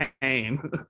pain